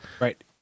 Right